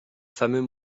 fameux